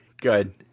Good